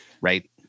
right